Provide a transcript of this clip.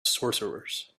sorcerers